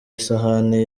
isahani